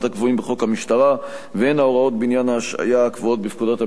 הקבועים בחוק המשטרה והן ההוראות בעניין ההשעיה הקבועות בפקודת המשטרה,